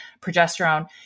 progesterone